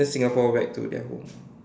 then Singapore back to their home